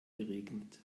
geregnet